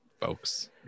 folks